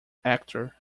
actor